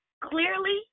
Clearly